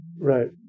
Right